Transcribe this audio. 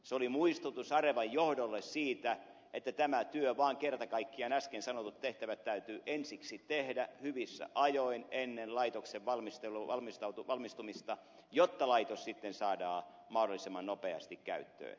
se oli muistutus arevan johdolle siitä että tämä työ kerta kaikkiaan äsken sanotut tehtävät täytyy ensiksi tehdä hyvissä ajoin ennen laitoksen valmistumista jotta laitos sitten saadaan mahdollisimman nopeasti käyttöön